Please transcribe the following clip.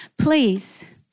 please